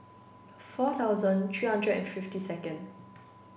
four thousand three hundred and fifty second